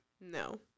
no